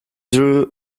drew